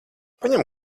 paņem